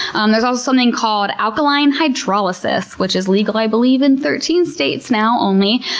um there's also something called alkaline hydrolysis, which is legal, i believe, in thirteen states now, only.